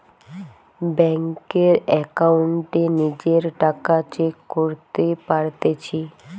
বেংকের একাউন্টে নিজের টাকা চেক করতে পারতেছি